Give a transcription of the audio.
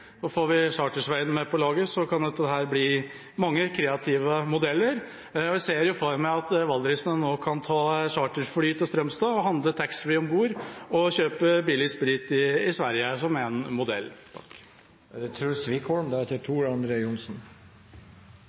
får vi Charter-Svein med på laget, kan det bli mange kreative modeller. Jeg ser for meg at valdrisene nå kan ta charterfly til Strømstad og handle taxfree om bord og kjøpe billig sprit i Sverige som en modell. Samferdselsdebatt i Stortinget har pleid å være en av de virkelig store dagene. Da var det